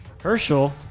Herschel